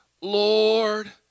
Lord